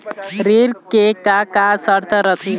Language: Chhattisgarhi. ऋण के का का शर्त रथे?